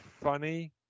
funny